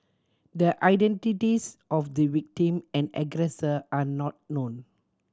the identities of the victim and aggressor are not known